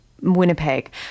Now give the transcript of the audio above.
Winnipeg